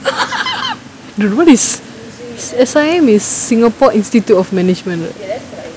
dude what is S_I_M is singapore institute of management uh